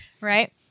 right